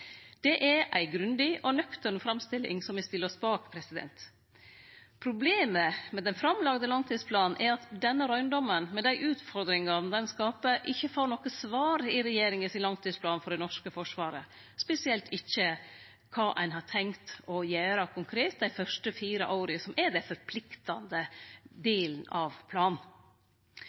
Det er ei grundig og nøktern framstilling som me stiller oss bak. Problemet med den framlagde langtidsplanen er at denne røyndomen, med dei utfordringane han skaper, ikkje får noko svar i langtidsplanen regjeringa har for det norske forsvaret, spesielt ikkje om kva ein har tenkt å gjere konkret dei fyrste fire åra, som er den forpliktande delen av planen.